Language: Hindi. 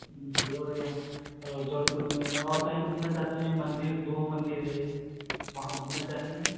जी और यो जौनपुर में और कहीं घूमना चाहती हैं मंदिर दो मंदिर है वहाँ घूमना चाहेंगी आप